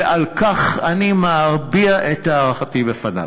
ועל כך אני מביע את הערכתי בפניו.